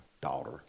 daughter